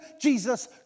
Jesus